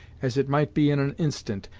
as it might be in an instant,